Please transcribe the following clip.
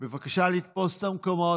בבקשה לתפוס את המקומות.